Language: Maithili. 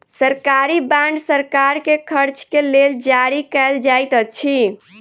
सरकारी बांड सरकार के खर्च के लेल जारी कयल जाइत अछि